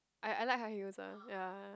I I like high heels ah ya